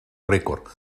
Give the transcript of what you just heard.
rècord